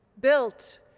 built